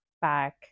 back